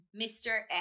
Mr